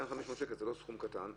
2,500 שקלים זה לא סכום קטן.